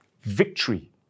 victory